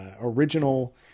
original